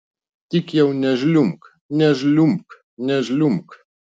tik jau nežliumbk nežliumbk nežliumbk